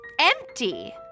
empty